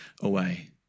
away